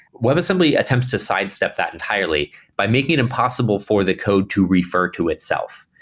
webassembly attempts to sidestep that entirely by making it impossible for the code to refer to itself.